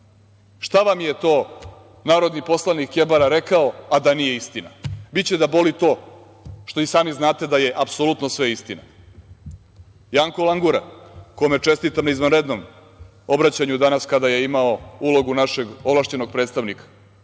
Šta vam je to narodni poslanik Kebara rekao, a da nije istina? Biće da boli to što i sami znate da je apsolutno sve istina. Janko Langura, kome čestitam na izvanrednom obraćanju danas kada je imao ulogu našeg ovlašćenog predstavnika.